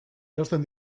erosten